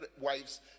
wives